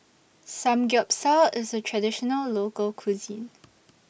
Samgyeopsal IS A Traditional Local Cuisine